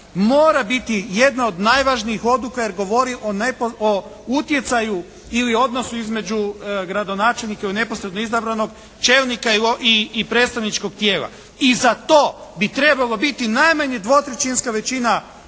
mora biti jedna od najvažnijih odluka jer govori o utjecaju ili odnosu između gradonačelnika ili neposredno izabranog čelnika i predstavničkog tijela. I za to bi trebalo biti najmanje dvotrećinska većina